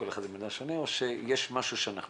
כל אחד זה מידע שונה או שיש משהו שאנחנו